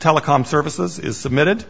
telecom services is submitted